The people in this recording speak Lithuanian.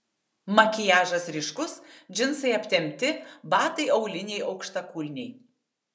makiažas ryškus džinsai aptempti batai auliniai aukštakulniai